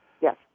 yes